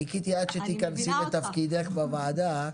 חיכיתי עד שתיכנסי לתפקידך בוועדה.